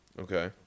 Okay